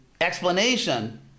explanation